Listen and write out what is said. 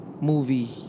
movie